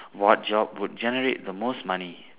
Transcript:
what job would generate the most money